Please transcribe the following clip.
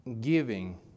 giving